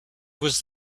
was